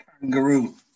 kangaroo